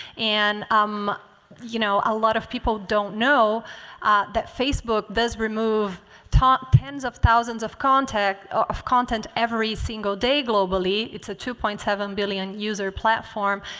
and um you know, a lot of people don't know that facebook does remove tens of thousands of content of content every single day globally. it's a two point seven billion user platform.